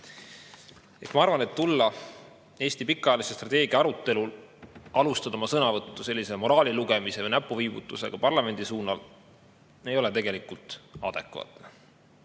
Ma arvan, et tulla Eesti pikaajalise strateegia arutelule ja alustada oma sõnavõttu sellise moraalilugemise või näpuviibutusega parlamendi poole ei ole tegelikult adekvaatne.